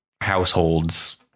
households